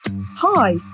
Hi